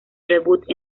debut